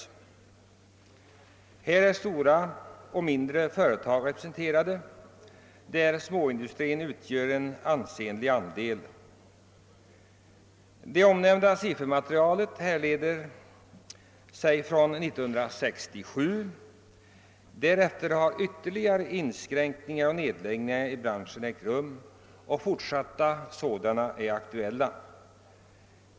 Inom denna bransch är både stora och mindre företag representerade, och småindustrin utgör en väsentlig andel. Det nämnda siffermaterialet härrör från 1967. Därefter har ytterligare inskränkningar och nedläggningar i branschen ägt rum och fortsatta sådana är aktuella.